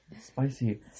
Spicy